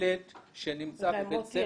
ילד שנמצא בבית ספר,